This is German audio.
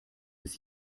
bis